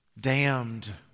damned